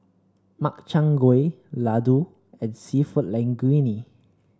Makchang Gui Ladoo and seafood Linguine